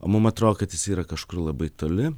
o mum atrodo kad jis yra kažkur labai toli